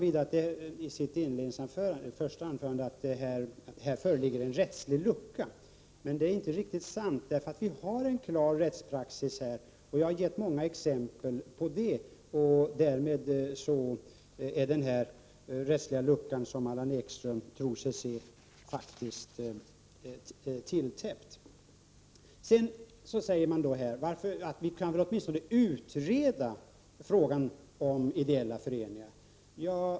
I sitt inledningsanförande sade Allan Ekström att det här föreligger en rättslig lucka, men det är inte riktigt sant. Vi har nämligen en klar rättspraxis, vilket jag har gett många exempel på. Därmed är den rättsliga lucka som Allan Ekström tror sig se faktiskt tilltäppt. Det sägs här att vi åtminstone kan utreda frågan om ideella föreningar.